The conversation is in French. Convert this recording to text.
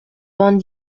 vingt